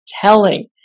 telling